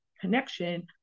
connection